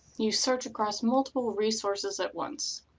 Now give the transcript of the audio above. you search across multiple resources at once,